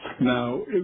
Now